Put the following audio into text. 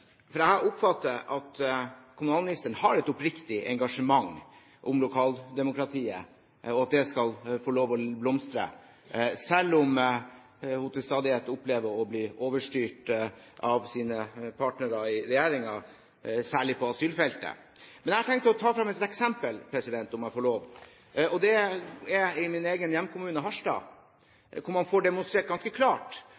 for lokaldemokratiet – og det skal få lov til å blomstre – selv om hun til stadighet opplever å bli overstyrt av sine partnere i regjeringen, særlig på asylfeltet. Men jeg tenkte å ta frem et eksempel, om jeg får lov: I min egen hjemkommune,